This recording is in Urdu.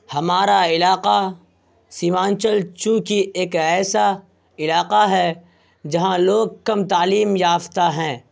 ہمارا علاقہ سیمانچل چوںکہ ایک ایسا علاقہ ہے جہاں لوگ کم تعلیم یافتہ ہیں